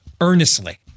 earnestly